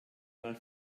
mal